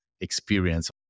experience